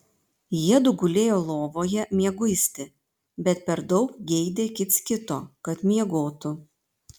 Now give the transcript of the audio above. jiedu gulėjo lovoje mieguisti bet per daug geidė kits kito kad miegotų